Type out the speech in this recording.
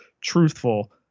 truthful